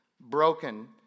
broken